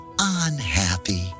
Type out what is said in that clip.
unhappy